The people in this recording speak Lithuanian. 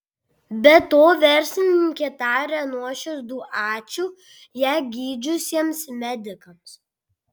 be to verslininkė taria nuoširdų ačiū ją gydžiusiems medikams